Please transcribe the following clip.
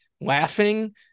laughing